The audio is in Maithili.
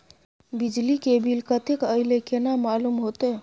बिजली के बिल कतेक अयले केना मालूम होते?